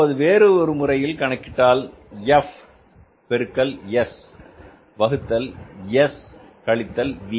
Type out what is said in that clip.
இப்போது வேறொரு முறையில் கணக்கிட்டால் எஃப் பெருக்கல் எஸ் வகுத்தல் எஸ் கழித்தல் வி